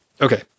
Okay